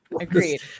Agreed